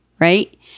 right